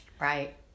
Right